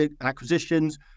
acquisitions